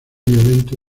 violento